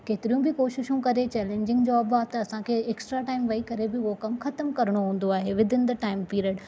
केतिरियूं बि कोशिशूं करे चैलेंजिंग जॉब आहे त असांखे एक्स्ट्रा टाइम वेही करे बि उहो कमु ख़तमु करणो हूंदो आहे within the time period